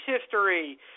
history